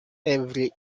every